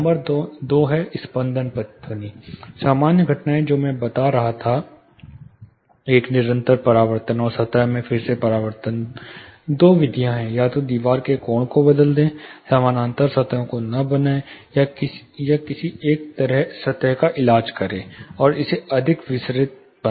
number दो है स्पंदन प्रतिध्वनि सामान्य घटनाएं जो मैं बता रहा था एक निरंतर परावर्तन और सतह में फिर से परावर्तन दो विधियां हैं या तो दीवार के कोण को बदल दें समानांतर सतहों को न बनाएं या किसी एक सतह का इलाज करें और इसे अधिक विसरित करें